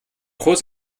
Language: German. groß